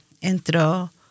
entró